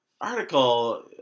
article